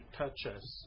touches